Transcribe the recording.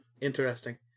interesting